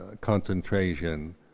concentration